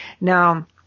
now